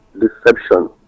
deception